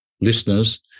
listeners